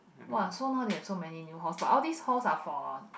!wah! so now there have so many new halls but these halls are for